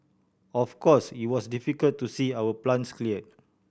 of course it was difficult to see our plants clear